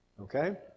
okay